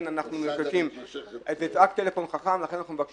אנחנו בהחלט עושים את זה לציבור שאין לו טלפון חכם ואינטרנט.